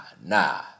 nah